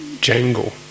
jangle